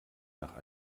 nach